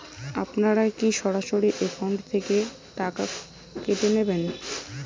আপনারা কী সরাসরি একাউন্ট থেকে টাকা কেটে নেবেন?